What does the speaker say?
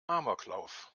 amoklauf